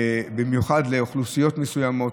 במיוחד לאוכלוסיות מסוימות,